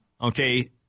okay